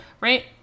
right